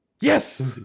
Yes